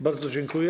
Bardzo dziękuję.